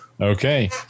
Okay